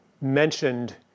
mentioned